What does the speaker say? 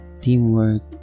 teamwork